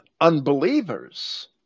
unbelievers